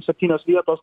septynios vietos